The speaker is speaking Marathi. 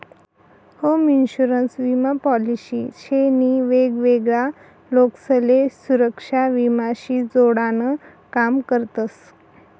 होम इन्शुरन्स विमा पॉलिसी शे नी वेगवेगळा लोकसले सुरेक्षा विमा शी जोडान काम करतस